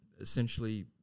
essentially